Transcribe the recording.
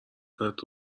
کارت